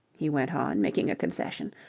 he went on, making a concession,